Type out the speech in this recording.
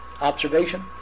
Observation